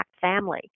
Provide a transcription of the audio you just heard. family